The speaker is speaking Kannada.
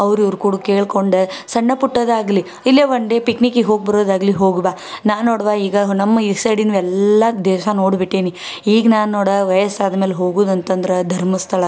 ಅವ್ರ ಇವ್ರ ಕೂಡ ಕೇಳ್ಕೊಂಡು ಸಣ್ಣ ಪುಟ್ಟದಾಗಲೀ ಇಲ್ಲಿಯೇ ಒನ್ ಡೇ ಪಿಕ್ನಿಕಿಗೆ ಹೋಗಿ ಬರೋದಾಗಲೀ ಹೋಗಿ ಬಾ ನಾ ನೋಡವ್ವ ಈಗ ನಮ್ಮ ಈ ಸೈಡಿನವು ಎಲ್ಲ ದೇಶ ನೋಡಿಬಿಟ್ಟೇನಿ ಈಗ ನಾನು ನೋಡು ವಯಸ್ಸು ಆದ್ಮೇಲೆ ಹೋಗೋದ್ ಅಂತಂದ್ರೆ ಧರ್ಮಸ್ಥಳಕ್ಕೆ